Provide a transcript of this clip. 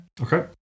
Okay